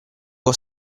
può